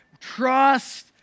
trust